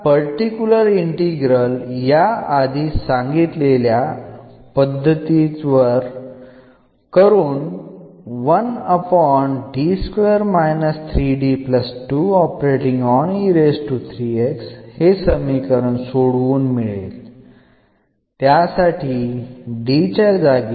particular integral ലഭിക്കുന്നതിനായി നമ്മൾ ചർച്ചചെയ്തതിലേക്ക് പോകുന്നു